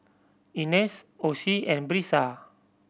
Inez Osie and Brisa